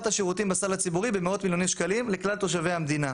השירותים בסל הציבורי במאות מיליוני שקלים לכלל תושבי המדינה.